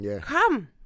come